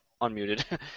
unmuted